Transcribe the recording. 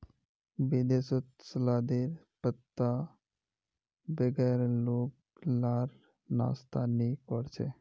विदेशत सलादेर पत्तार बगैर लोग लार नाश्ता नि कोर छे